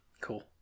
cool